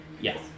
Yes